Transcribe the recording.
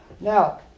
Now